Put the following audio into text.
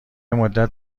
مدت